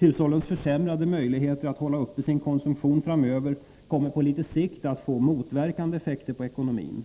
Hushållens försämrade möjligheter att hålla uppe sin konsumtion framöver kommer på litet sikt att få en motverkande effekt på ekonomin,